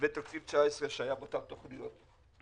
לתקציב 19' שהיה באותן תוכניות.